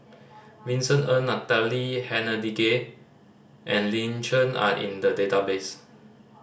Vincent Ng Natalie Hennedige and Lin Chen are in the database